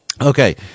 Okay